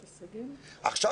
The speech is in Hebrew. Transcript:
עכשיו,